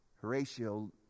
Horatio